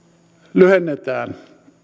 lyhennetään